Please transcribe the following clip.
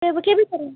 କେବେ କେବେ ଠାରୁ